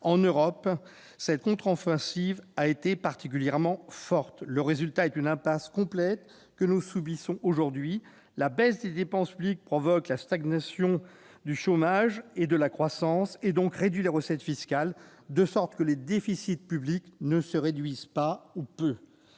en Europe. Cette contre-offensive a été particulièrement forte ; il en est résulté l'impasse complète que nous subissons aujourd'hui : la baisse des dépenses publiques provoque la stagnation du chômage et de la croissance, et donc réduit les recettes fiscales. De ce fait, le déficit public ne se réduit pas, ou